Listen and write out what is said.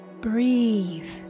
breathe